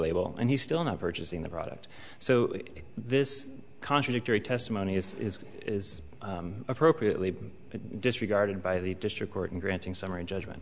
label and he's still not purchasing the product so this contradictory testimony is is appropriately disregarded by the district court in granting summary judgment